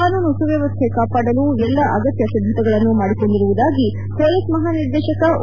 ಕಾನೂನು ಸುವ್ದವಸ್ಥೆ ಕಾಪಾಡಲು ಎಲ್ಲಾ ಅಗತ್ಯ ಸಿದ್ದತೆಗಳನ್ನು ಮಾಡಿಕೊಂಡಿರುವುದಾಗಿ ಪೊಲೀಸ್ ಮಹಾನಿರ್ದೇಶಕ ಓ